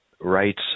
Rights